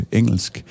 engelsk